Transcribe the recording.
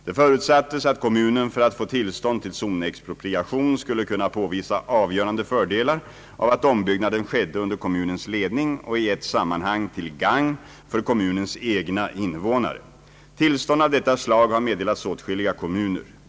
Det förutsattes att kommunen för att få tillstånd till zonexpropriation skulle kunna påvisa avgörande fördelar av att ombyggnaden skedde under kommunens ledning och i ett sammanhang till gagn för kommunens egna invånare. Tillstånd av detta slag har meddelats åtskilliga kom muner.